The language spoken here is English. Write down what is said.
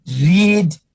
Read